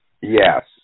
Yes